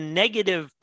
negative